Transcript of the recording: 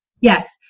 yes